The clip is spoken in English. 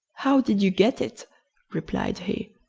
how did you get it replied he.